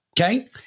Okay